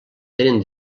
tenen